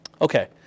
Okay